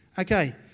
Okay